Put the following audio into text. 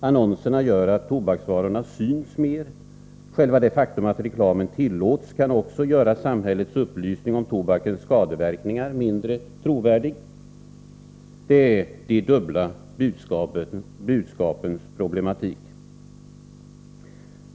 Annonserna gör att tobaksvarorna syns mer. Själva det faktum att reklamen tillåts kan också göra samhällets upplysning om tobakens skadeverkningar mindre trovärdig. Det är de dubbla budskapens problematik.